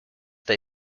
they